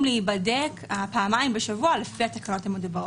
להיבדק פעמיים בשבוע לפי התקנות המדוברות.